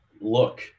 look